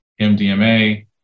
MDMA